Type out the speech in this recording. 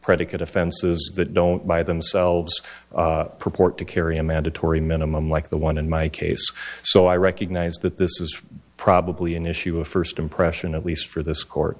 predicate offenses that don't by themselves purport to carry a mandatory minimum like the one in my case so i recognize that this is probably an issue of first impression at least for this court